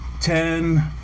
ten